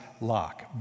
lock